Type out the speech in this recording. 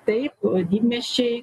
taip didmiesčiai